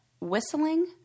whistling